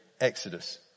Exodus